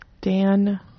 Dan